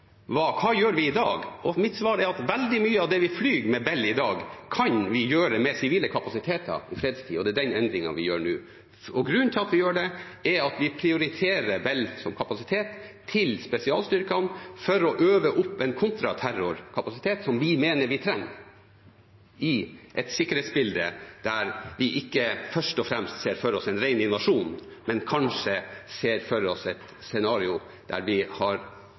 vi gjør i dag, er at veldig mye av det vi flyr med Bell i dag, kan vi gjøre med sivile kapasiteter i fredstid, og det er den endringen vi gjør nå. Grunnen til at vi gjør det, er at vi prioriterer Bell som kapasitet til spesialstyrkene for å øve opp en kontraterrorkapasitet som vi mener vi trenger, i et sikkerhetsbilde der vi ikke først og fremst ser for oss en ren invasjon, men kanskje et scenario der vi har